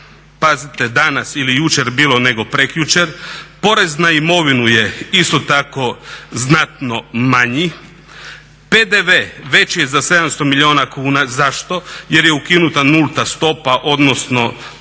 pazite danas ili jučer bilo nego prekjučer. Porez na imovinu je isto tako znatno manji, PDV veći je za 700 milijun kuna, zašto? Jer je ukinuta nulta stopa odnosno